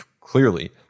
clearly